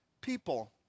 people